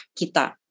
Kita